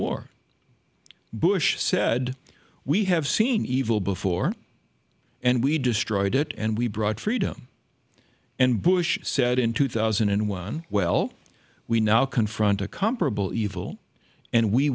war bush said we have seen evil before and we destroyed it and we brought freedom and bush said in two thousand and one well we now confront a comparable evil and we